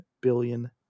billion